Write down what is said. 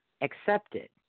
accepted